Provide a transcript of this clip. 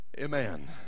Amen